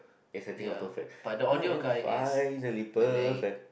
yes I think I'm perfect I am finally perfect